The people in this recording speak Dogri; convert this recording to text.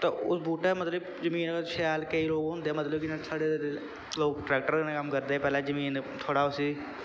तां उस बूह्टै मतलब जमीन अगर शैल केईं लोग होंदे मतलब कि इ'यां छड़े लोग ट्रैक्टरै कन्नै कम्म करदे हे पैह्लैं जमीन थोह्ड़ा उसी